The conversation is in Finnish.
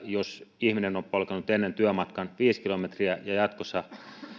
jos ihminen on polkenut ennen työmatkan viisi kilometriä ja jatkossa